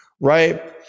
right